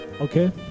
okay